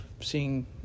seeing